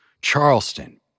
Charleston